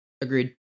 Agreed